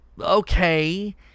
Okay